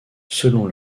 selon